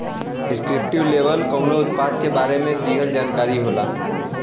descriptive label कउनो उत्पाद के बारे में दिहल जानकारी होला